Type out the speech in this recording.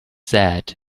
sad